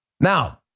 Now